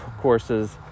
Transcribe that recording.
courses